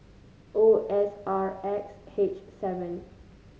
O S R X H seven